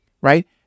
right